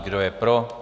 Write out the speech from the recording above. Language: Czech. Kdo je pro?